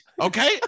Okay